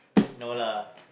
no lah